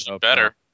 better